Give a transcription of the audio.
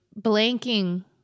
blanking